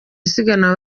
isiganwa